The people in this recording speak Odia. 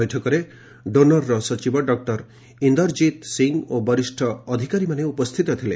ବୈଠକରେ ଡୋନର୍ର ସଚିବ ଡକ୍ର ଇନ୍ଦରକିତ ସିଂ ଓ ବରିଷ୍ଣ ଅଧିକାରୀମାନେ ଉପସ୍ଥିତ ଥିଲେ